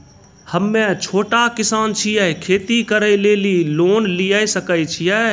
हम्मे छोटा किसान छियै, खेती करे लेली लोन लिये सकय छियै?